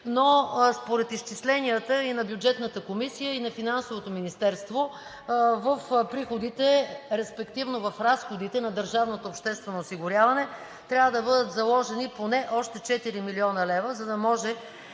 но според изчисленията и на Бюджетната комисия, и на Финансовото министерство в приходите, респективно в разходите на държавното обществено осигуряване, трябва да бъдат заложени поне още 4 млн. лв., за да може